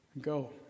Go